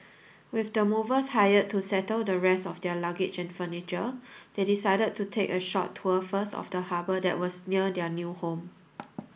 with the movers hired to settle the rest of their luggage and furniture they decided to take a short tour first of the harbour that was near their new home